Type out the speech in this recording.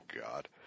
God